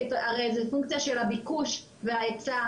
כי הרי זה פונקציה של ביקוש והיצע.